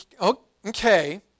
okay